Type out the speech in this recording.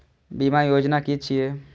बीमा योजना कि छिऐ?